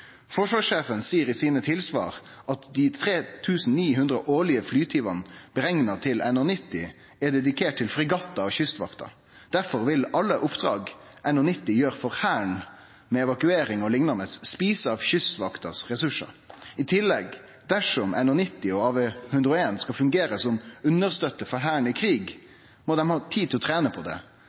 Forsvarssjefen seier i tilsvara sine at dei 3 900 årlege flytimane berekna til NH90 er dedikert til fregattar og Kystvakta. Difor vil alle oppdrag NH90 gjer for Hæren med evakuering og liknande, ete av ressursane til Kystvakta. I tillegg: Dersom NH90 og AW101 skal fungere som understøtte for Hæren i krig, må dei ha tid til å trene på det.